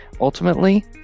Ultimately